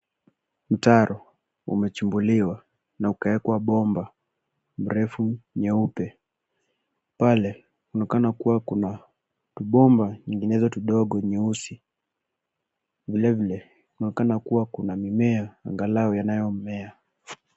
Mtaro umechimbuliwa na kuwekwa bomba mrefu nyeupe, pale unaonekana kua na tubomba nyinginezo tudogo nyeusi, vilevile kunaonekana kuna mimea angalau yanayomea.